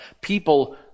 people